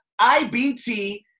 IBT